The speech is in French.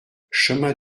chemin